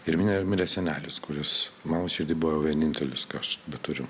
ir minėjau mirė senelis kuris mano širdy buvo vienintelis ką aš beturiu